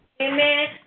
Amen